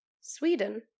Sweden